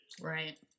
Right